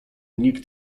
nikt